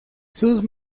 sus